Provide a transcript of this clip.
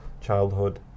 childhood